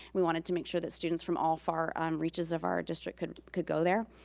we wanted to make sure that students from all far um reaches of our district could could go there.